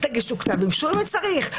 תגישו כתב אישום אם צריך,